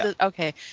Okay